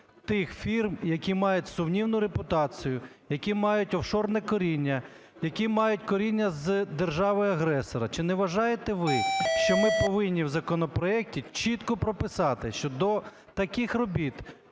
тих фірм, які мають сумнівну репутацію, які мають офшорне коріння, які мають коріння з державою-агресором? Чи не вважаєте ви, що ми повинні в законопроекті чітко прописати, що до таких робіт,